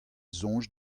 soñj